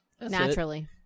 Naturally